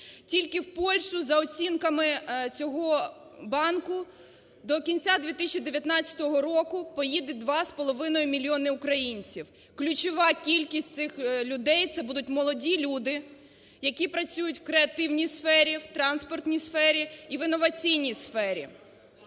Тільки в Польщу, за оцінками цього банку, до кінця 2019 року поїде 2,5 мільйони українців. Ключова кількість цих людей це будуть молоді люди, які працюють в креативній сфері, в транспортній сфері і в інноваційній сфері.